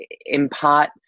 impart